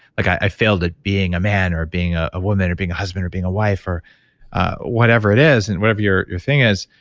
like i failed at being a man or being a a woman or being a husband or being a wife, or whatever it is, and whatever your your thing is.